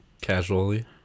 Casually